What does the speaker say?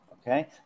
okay